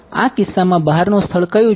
આ કિસ્સામાં બહારનો સ્થળ કયો છે